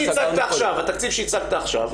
התקציב שהצגת עכשיו,